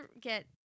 get